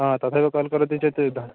तथैव काल् करति चेत् धा